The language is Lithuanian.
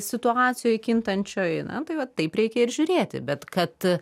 situacijoj kintančioj na tai va taip reikia ir žiūrėti bet kad